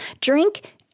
drink